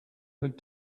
had